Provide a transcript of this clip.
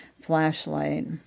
flashlight